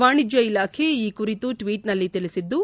ವಾಣಿಜ್ಞ ಇಲಾಖೆ ಈ ಕುರಿತು ಟ್ವೀಟ್ನಲ್ಲಿ ತಿಳಿಸಿದ್ದು